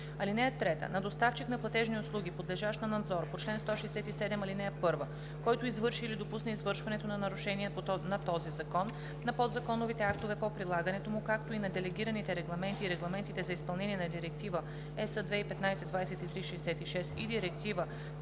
лв.“ „(3) На доставчик на платежни услуги, подлежащ на надзор по чл. 167, ал. 1, който извърши или допусне извършването на нарушение на този закон, на подзаконовите актове по прилагането му, както и на делегираните регламенти и регламентите за изпълнение на Директива (ЕС) 2015/2366 и Директива